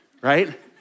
right